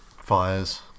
Fires